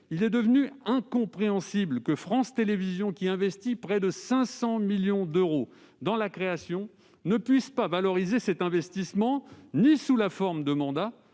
il est devenu incompréhensible que France Télévisions, qui dépense près de 500 millions d'euros dans la création, ne puisse pas valoriser cet investissement ni sous la forme de mandats,